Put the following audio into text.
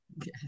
yes